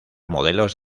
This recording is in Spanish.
modelos